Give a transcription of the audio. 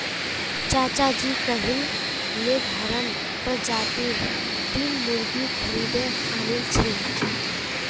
चाचाजी कइल लेगहॉर्न प्रजातीर तीन मुर्गि खरीदे आनिल छ